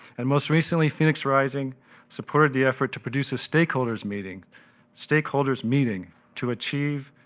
and most recently, phoenix rising supported the effort to produce a stakeholder's meeting stakeholder's meeting to achieve,